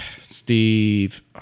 Steve